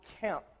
camp